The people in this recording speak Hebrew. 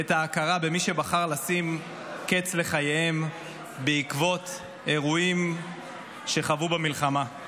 את ההכרה במי שבחר לשים קץ לחייו בעקבות אירועים שחווה במלחמה.